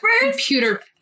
computer